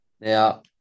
Now